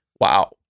Wow